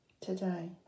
today